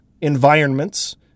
environments